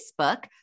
Facebook